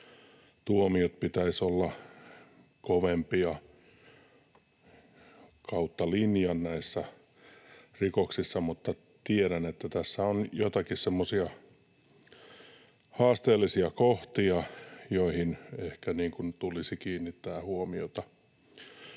tuomioiden pitäisi olla kovempia kautta linjan näissä rikoksissa, mutta tiedän, että tässä on joitakin semmoisia haasteellisia kohtia, joihin ehkä tulisi kiinnittää huomiota.